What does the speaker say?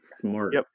smart